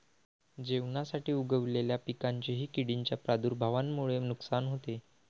जेवणासाठी उगवलेल्या पिकांचेही किडींच्या प्रादुर्भावामुळे नुकसान होते